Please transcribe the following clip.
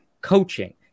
coaching